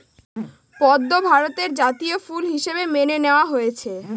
পদ্ম ভারতের জাতীয় ফুল হিসাবে মেনে নেওয়া হয়েছে